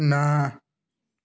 ନା